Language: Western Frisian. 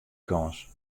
kâns